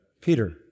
Peter